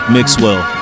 Mixwell